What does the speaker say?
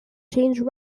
changed